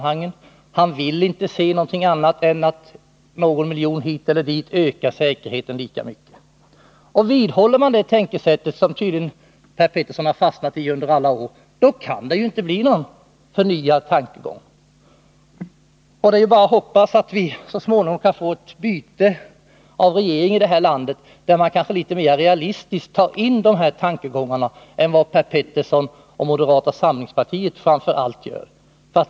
Han vill inte se någonting annat än att någon miljon till det ena eller det andra ökar säkerheten lika mycket. Vidhåller man det tänkesättet, som Per Petersson tydligen fastnat i, kan det inte bli något förnyat tänkande. Det är bara att hoppas att vi så småningom kan få ett byte av regering i det här landet och att den nya regeringen kanske litet mer realistiskt tar hänsyn till de här tankegångarna än vad framför allt Per Petersson och moderata samlingspartiet gör.